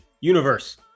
universe